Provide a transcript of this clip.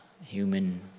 human